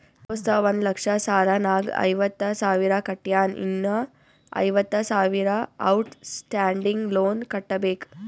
ದೋಸ್ತ ಒಂದ್ ಲಕ್ಷ ಸಾಲ ನಾಗ್ ಐವತ್ತ ಸಾವಿರ ಕಟ್ಯಾನ್ ಇನ್ನಾ ಐವತ್ತ ಸಾವಿರ ಔಟ್ ಸ್ಟ್ಯಾಂಡಿಂಗ್ ಲೋನ್ ಕಟ್ಟಬೇಕ್